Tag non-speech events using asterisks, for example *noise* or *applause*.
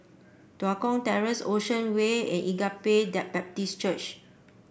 Tua Kong Terrace Ocean Way and Agape *unintelligible* Baptist Church